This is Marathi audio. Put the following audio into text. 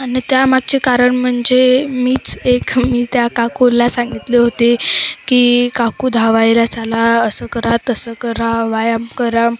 आणि त्या मागचे कारण म्हणजे मीच एक मी त्या काकुला सांगितले होते की काकू धावायला चला असं करा तसं करा व्यायाम करा